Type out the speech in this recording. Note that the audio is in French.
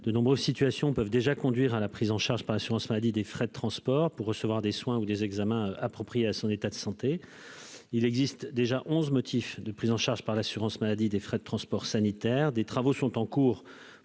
De nombreuses situations peuvent déjà conduire à la prise en charge par l'assurance maladie des frais de transport nécessaires pour recevoir des soins ou des examens appropriés à son état de santé : il existe d'ores et déjà onze motifs de prise en charge par l'assurance maladie des frais de transport sanitaire. Des travaux sont en cours